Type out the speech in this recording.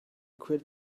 quit